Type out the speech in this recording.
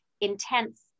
intense